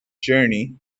journey